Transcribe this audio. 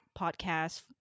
podcast